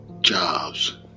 jobs